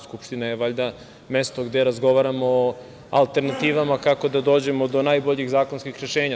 Skupština je valjda mesto gde razgovaramo o alternativama kako da dođemo do najboljih zakonskih rešenja.